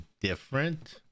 different